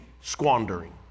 squandering